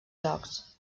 jocs